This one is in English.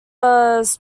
was